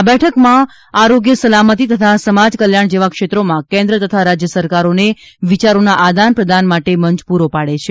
આ બેઠક આરોગ્ય સલામતી તથા સમાજ કલ્યાણ જેવા ક્ષેત્રોમાં કેન્દ્ર તથા રાજ્ય સરકારોને વિચારોના આદાન પ્રદાન માટે મંચ પૂરો પાડે છે